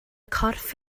corff